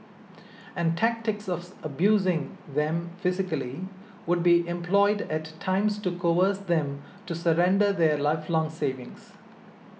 and tactics of abusing them physically would be employed at times to coerce them to surrender their lifelong savings